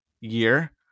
year